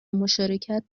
مشارکت